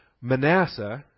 Manasseh